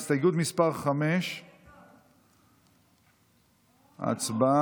הסתייגות מס' 5. הסתייגות 5 לא נתקבלה.